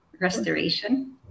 Restoration